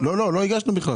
לא הגשנו.